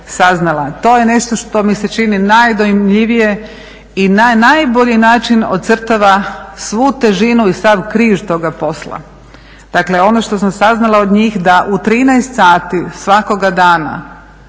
to je nešto što mi se čini najdojmljivije i na najbolji način ocrtava svu težinu i sam križ toga posla. Dakle ono što sam saznala od njih da u 13 sati svakoga dana